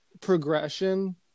progression